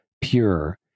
pure